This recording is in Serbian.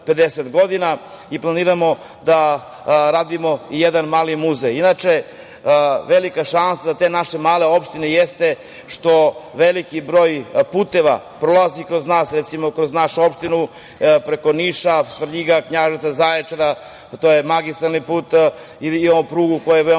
Planiramo da radimo i jedan mali muzej. Inače, velika šansa te naše male opštine jeste što veliki broj puteva prolazi kroz našu opštinu, preko Niša, Svrljiga, Knjaževca, Zaječara, to je magistralni put. Imamo prugu koja je veoma